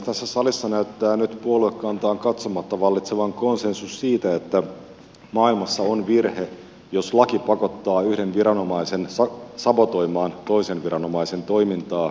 tässä salissa näyttää nyt puoluekantaan katsomatta vallitsevan konsensus siitä että maailmassa on virhe jos laki pakottaa yhden viranomaisen sabotoimaan toisen viranomaisen toimintaa veronmaksajan tappioksi